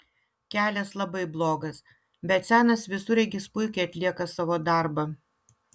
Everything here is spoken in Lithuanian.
kelias labai blogas bet senas visureigis puikiai atlieka savo darbą